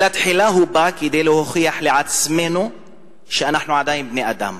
אלא תחילה הם באים כדי להוכיח לעצמנו שאנחנו עדיין בני-אדם.